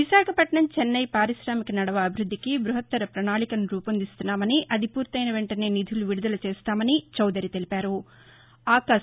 విశాఖపట్నం చెన్నై పారిశామిక నడవా అభివృద్దికి బృహత్తర పణాళికను రూపొందిస్తున్నామని అది పూర్తయిన వెంటనే నిధులు విడుదల చేస్తామని చౌదరి తెలిపారు